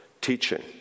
teaching